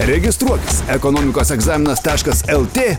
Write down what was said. registruotis ekonomikos egzaminas taškas lt